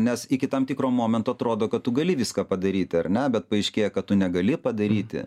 nes iki tam tikro momento atrodo kad tu gali viską padaryti ar ne bet paaiškėja kad tu negali padaryti